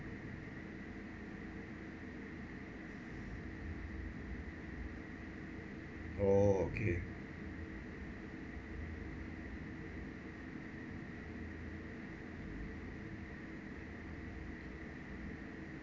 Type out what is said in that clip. oh okay